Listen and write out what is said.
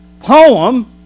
poem